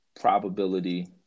probability